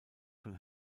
von